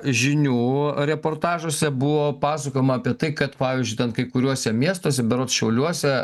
žinių reportažuose buvo pasakojama apie tai kad pavyzdžiui ten kai kuriuose miestuose berods šiauliuose